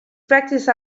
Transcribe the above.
practiced